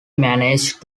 managed